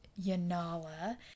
Yanala